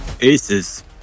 Aces